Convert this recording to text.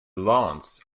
lawns